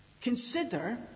Consider